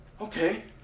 Okay